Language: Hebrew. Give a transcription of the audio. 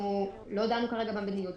אנחנו לא דנו כרגע במדיניות.